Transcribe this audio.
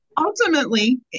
ultimately